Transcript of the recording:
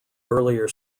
earlier